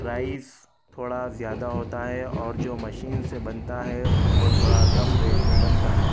price تھوڑا زیادہ ہوتا ہے اور جو مشین سے بنتا ہے وہ تھوڑا کم ریٹ میں بنتا ہے